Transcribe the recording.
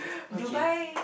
okay